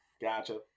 gotcha